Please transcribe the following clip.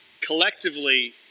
collectively –